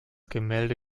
gemälde